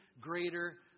greater